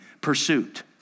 pursuit